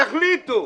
תחליטו.